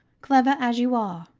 clever as you are.